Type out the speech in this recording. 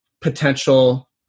potential